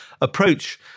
approach